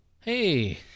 Hey